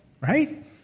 right